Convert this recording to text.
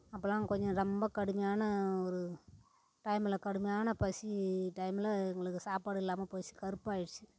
அப்போல்லாம் கொஞ்சம் ரொம்ப கடுமையான ஒரு டைமில் கடுமையான பசி டைமில் எங்களுக்கு சாப்பாடு இல்லாமல் போய்ச்சி கடுப்பாயிடுச்சி